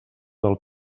del